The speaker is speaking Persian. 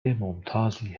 ممتازی